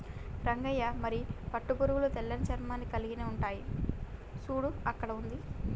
రంగయ్య మరి పట్టు పురుగులు తెల్లని చర్మాన్ని కలిలిగి ఉంటాయి సూడు అక్కడ ఉంది